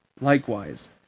Likewise